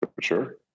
Sure